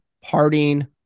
parting